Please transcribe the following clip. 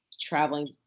traveling